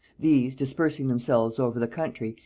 these, dispersing themselves over the country,